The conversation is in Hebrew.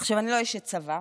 עכשיו, אני לא אשת צבא,